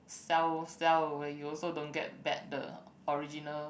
sell sell away you also don't get back the original